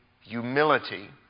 humility